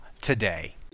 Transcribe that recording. today